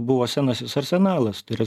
buvo senasis arsenalas tai yra